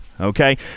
okay